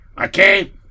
Okay